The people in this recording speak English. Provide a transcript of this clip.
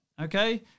okay